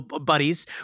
buddies